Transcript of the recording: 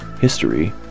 history